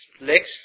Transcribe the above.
legs